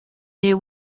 near